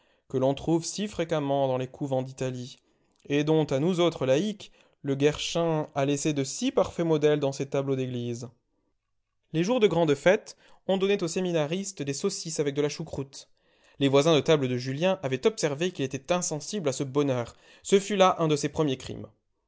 que l'on trouve si fréquemment dans les couvents d'italie et dont à nous autres laïcs le guerchin a laissé de si parfaits modèles dans ses tableaux d'église voir au musée du louvre françois duc d'aquitaine déposant la couronne et prenant l'habit de d les jours de grande fête on donnait aux séminaristes des saucisses avec de la choucroute les voisins de table de julien avaient observé qu'il était insensible à ce bonheur ce fut là un de ses premiers crimes